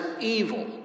evil